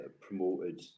promoted